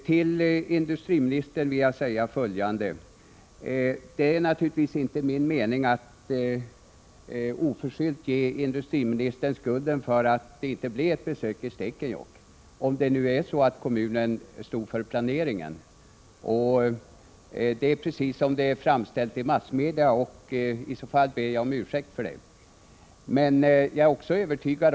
Till industriministern vill jag säga följande: Det är naturligtvis inte min mening att oförskyllt ge industriministern skulden för att det inte blev ett besök i Stekenjokk, om det nu är så att kommunen stod för planeringen. Det är precis så det framställdes i massmedia. Jag ber i så fall om ursäkt för det.